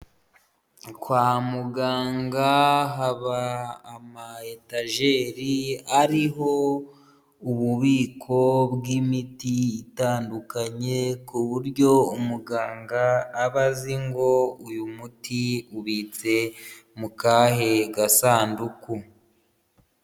Kwa muganga haba ama etageri ariho ububiko bw'imiti itandukanye ku buryo umuganga aba azi ngo uyu muti ubitse mu kahe gasanduku.